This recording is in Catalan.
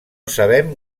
sabem